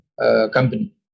company